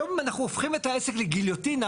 היום אנחנו הופכים את העסק לגיליוטינה,